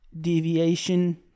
deviation